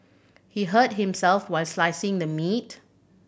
he hurt himself while slicing the meat